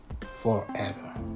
forever